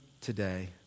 today